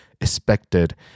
expected